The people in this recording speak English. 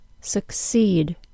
succeed